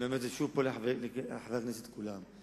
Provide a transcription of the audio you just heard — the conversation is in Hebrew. ואני אומר זה שוב לחברי הכנסת כולם,